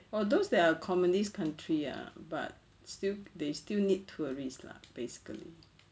oh those that are communist country ah but still they still need tourist lah basically